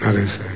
נא לסיים.